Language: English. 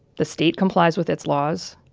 the state complies with its laws.